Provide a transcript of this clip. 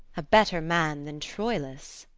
a better man than troilus.